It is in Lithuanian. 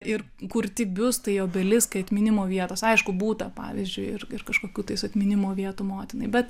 ir kurti biustai obeliskai atminimo vietos aišku būta pavyzdžiui ir ir kažkokių tais atminimo vietų motinai bet